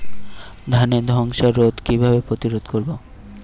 ধানে ধ্বসা রোগ কিভাবে প্রতিরোধ করব?